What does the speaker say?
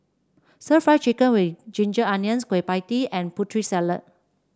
stir Fry Chicken with Ginger Onions Kueh Pie Tee and Putri Salad